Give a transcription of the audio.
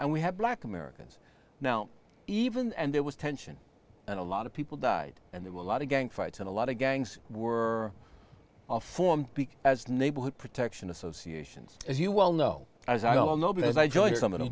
and we had black americans now even and there was tension and a lot of people died and there was a lot of gang fights and a lot of gangs were formed as neighborhood protection associations as you well know as i don't know because i joined